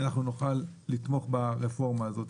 אנחנו נוכל לתמוך ברפורמה הזאת.